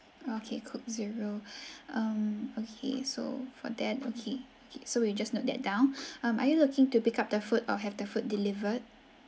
okay coke zero um okay so for that okay so we just note that down um are you looking to pick up the food or have the food delivered